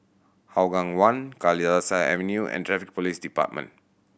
Hougang One Kalidasa Avenue and Traffic Police Department